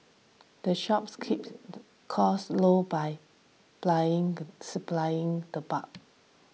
the shops keeps costs low by buying supplies in the bulk